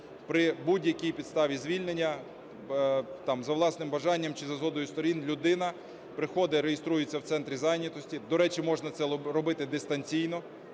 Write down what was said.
при будь-якій підставі, звільнення там за власним бажанням чи за згодою сторін. Людина приходить, реєструється в центрі зайнятості. До речі, можна це робити дистанційно.